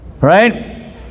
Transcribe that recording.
right